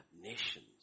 nations